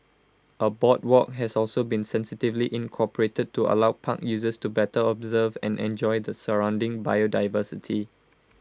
A boardwalk has also been sensitively incorporated to allow park users to better observe and enjoy the surrounding biodiversity